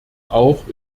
auch